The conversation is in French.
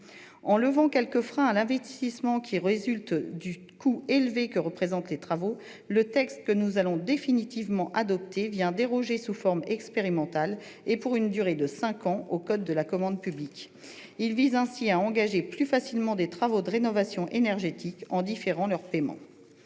En levant quelques freins à l'investissement qui résultent du coût élevé que représentent les travaux, le texte que nous nous apprêtons à adopter définitivement vient déroger, sous forme expérimentale et pour une durée de cinq ans, au code de la commande publique. Il vise ainsi à engager plus facilement des travaux de rénovation énergétique en différant leur paiement.